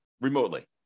remotely